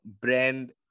brand